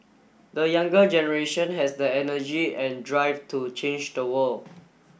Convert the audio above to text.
the younger generation has the energy and drive to change the world